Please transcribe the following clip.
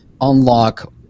unlock